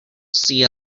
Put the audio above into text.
see